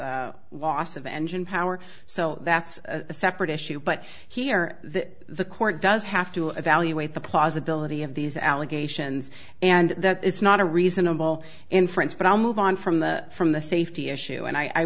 with loss of engine power so that's a separate issue but here that the court does have to evaluate the plausibility of these allegations and that is not a reasonable inference but i'll move on from the from the safety issue and i